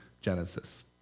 Genesis